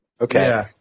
Okay